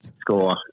Score